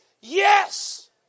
Yes